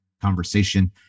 conversation